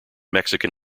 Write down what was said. mexican